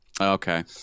okay